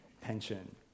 pension